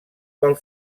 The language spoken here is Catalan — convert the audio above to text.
pel